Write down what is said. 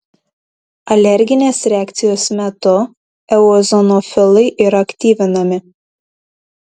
alerginės reakcijos metu eozinofilai yra aktyvinami